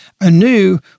anew